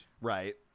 Right